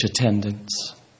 attendance